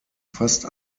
fast